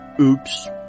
oops